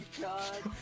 god